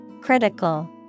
Critical